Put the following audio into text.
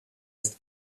ist